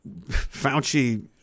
Fauci